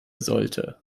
sollte